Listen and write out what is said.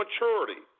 maturity